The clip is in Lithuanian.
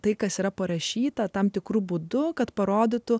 tai kas yra parašyta tam tikru būdu kad parodytų